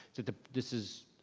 this is